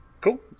Cool